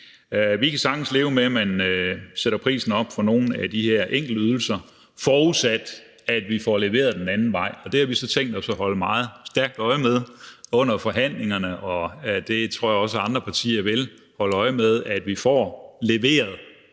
Vi kan sagtens leve med, at man sætter prisen op for nogle af de her enkeltydelser, forudsat at vi får leveret den anden vej, og det har vi så tænkt os at holde meget skarpt øje med under forhandlingerne, og det tror jeg også andre partier vil, altså holde øje med, at vi får noget